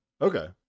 Okay